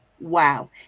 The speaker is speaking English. Wow